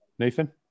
Nathan